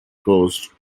coast